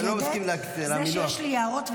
זה שיש לי הערות ושאלות,